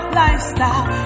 lifestyle